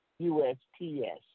USPS